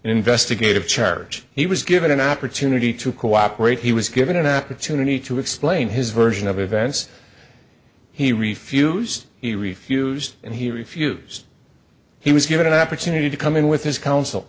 investigative charge he was given an opportunity to cooperate he was given an opportunity to explain his version of events he refused he refused and he refused he was given an opportunity to come in with his counsel